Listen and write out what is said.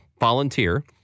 volunteer